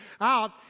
out